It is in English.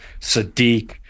Sadiq